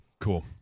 Cool